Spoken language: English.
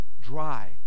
dry